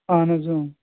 اَہَن حظ